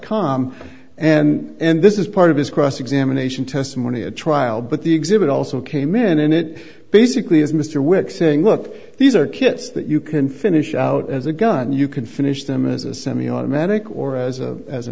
com and this is part of his cross examination testimony at trial but the exhibit also came in and it basically is mr wix saying look these are kits that you can finish out as a gun you can finish them as a semiautomatic or as a as a